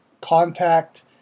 contact